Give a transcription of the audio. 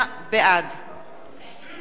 בעד